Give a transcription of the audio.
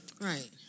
Right